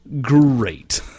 great